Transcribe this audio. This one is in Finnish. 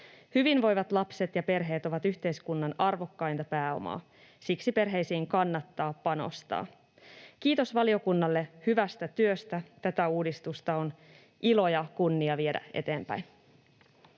Hyvinvoivat lapset ja perheet ovat yhteiskunnan arvokkainta pääomaa. Siksi perheisiin kannattaa panostaa. Kiitos valiokunnalle hyvästä työstä. Tätä uudistusta on ilo ja kunnia viedä eteenpäin.